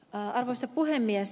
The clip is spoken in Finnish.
arvoisa puhemies